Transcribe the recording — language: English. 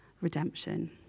redemption